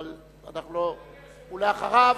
ואחריו,